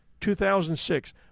2006